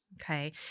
Okay